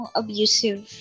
abusive